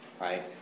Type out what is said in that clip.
right